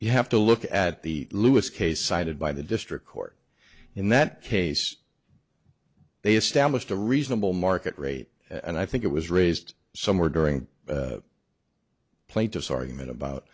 you have to look at the lewis case cited by the district court in that case they established a reasonable market rate and i think it was raised somewhere during the plaintiff's argument about